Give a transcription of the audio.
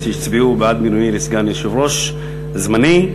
שהצביעו בעד מינויי לסגן יושב-ראש זמני,